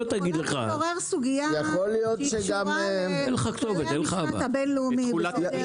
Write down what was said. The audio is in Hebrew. זו סוגיה שקשורה לכללי המשפט הבין-לאומי.